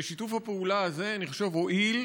ושיתוף הפעולה הזה, אני חושב, הועיל,